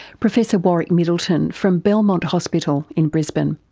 professor warwick middleton from belmont hospital in brisbane.